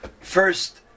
first